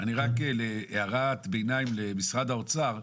הערת ביניים למשרד האוצר,